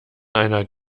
einer